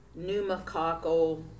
pneumococcal